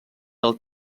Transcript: del